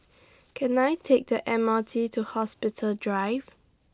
Can I Take The M R T to Hospital Drive